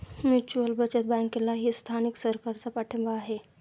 mutual बचत बँकेलाही स्थानिक सरकारचा पाठिंबा आहे